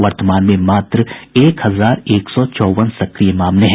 वर्तमान में मात्र एक हजार एक सौ चौवन सक्रिय मामले हैं